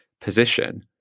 position